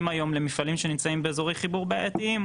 היום למפעלים שנמצאים באזורי חיבור בעייתיים,